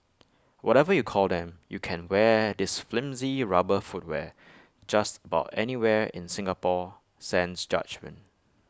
whatever you call them you can wear this flimsy rubber footwear just about anywhere in Singapore sans judgement